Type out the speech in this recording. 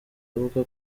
avuga